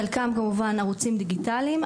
חלקם כמובן ערוצים דיגיטליים,